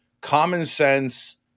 common-sense